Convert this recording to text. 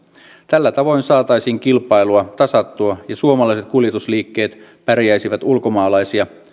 tällä tavoin saataisiin kilpailua tasattua ja suomalaiset kuljetusliikkeet pärjäisivät ulkomaalaisia